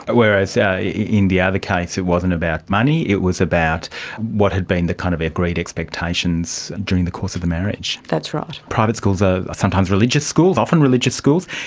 whereas in the other case it wasn't about money, it was about what had been the kind of agreed expectations during the course of the marriage. that's right. private schools are sometimes religious schools, often religious schools.